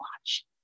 watch